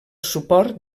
suport